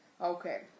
Okay